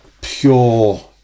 pure